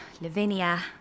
Lavinia